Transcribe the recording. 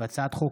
הצעת חוק